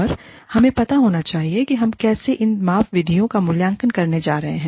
और हमें पता होना चाहिए कि हम कैसे इन माप विधियों का मूल्यांकन करने जा रहे हैं